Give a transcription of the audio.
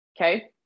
Okay